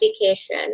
application